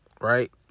Right